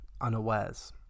unawares